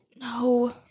no